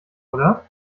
oder